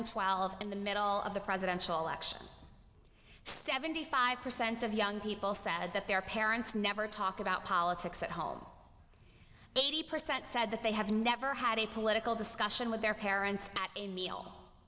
and twelve in the middle of the presidential election seventy five percent of young people said that their parents never talk about politics at home eighty percent said that they have never had a political discussion with their parents a meal